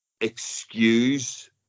excuse